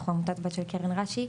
אנחנו עמותת בת של קרן רש"י.